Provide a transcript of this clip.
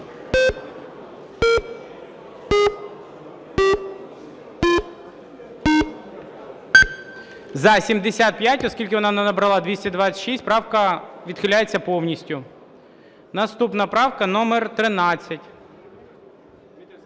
За-75 Оскільки вона не набрала 226, правка відхиляється повністю. Наступна правка номер 13.